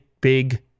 big